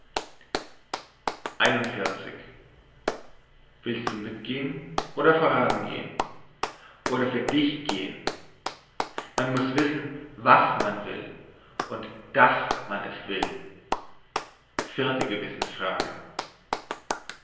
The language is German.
willst du mitgehn oder vorangehn oder für dich gehn man muss wissen was man will und dass man will vierte gewissensfrage